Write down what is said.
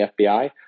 FBI